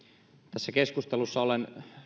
tässä keskustelussa olen